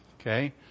okay